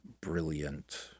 brilliant